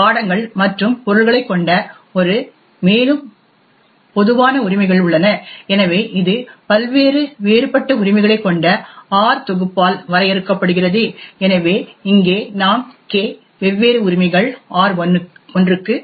பாடங்கள் மற்றும் பொருள்களைக் கொண்ட ஒரு மேலும் பொதுவான உரிமைகள் உள்ளன எனவே இது பல்வேறு வேறுபட்ட உரிமைகளைக் கொண்ட R தொகுப்பால் வரையறுக்கப்படுகிறது எனவே இங்கே நாம் K வெவ்வேறு உரிமைகள் R1 க்கு